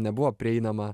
nebuvo prieinama